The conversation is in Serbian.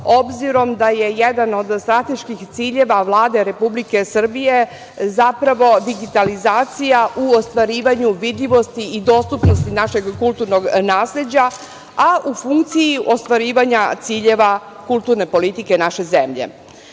obzirom da je jedan od strateških ciljeva Vlade Republike Srbije zapravo digitalizacija u ostvarivanju vidljivosti i dostupnosti našeg kulturnog nasleđa, a u funkciji ostvarivanja ciljeva kulturne politike naše zemlje. Svakako